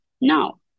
No